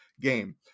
game